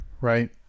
Right